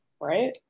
right